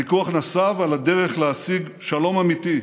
הוויכוח נסב על הדרך להשיג שלום אמיתי,